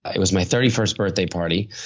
it was my thirty first birthday party.